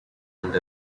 and